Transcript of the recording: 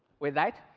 with that,